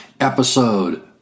Episode